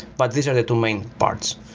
but these are the two main parts.